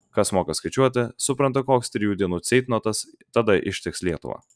kas moka skaičiuoti supranta koks trijų dienų ceitnotas tada ištiks lietuvą